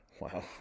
Wow